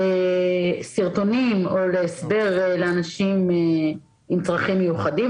לסרטונים או להסבר לאנשים עם צרכים מיוחדים?